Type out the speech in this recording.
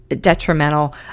detrimental